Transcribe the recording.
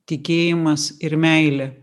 tikėjimas ir meilė